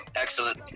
excellent